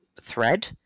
thread